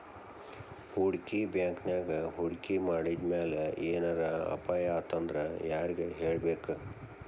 ಹೂಡ್ಕಿ ಬ್ಯಾಂಕಿನ್ಯಾಗ್ ಹೂಡ್ಕಿ ಮಾಡಿದ್ಮ್ಯಾಲೆ ಏನರ ಅಪಾಯಾತಂದ್ರ ಯಾರಿಗ್ ಹೇಳ್ಬೇಕ್?